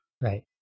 Right